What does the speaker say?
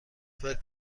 فکر